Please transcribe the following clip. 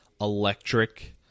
electric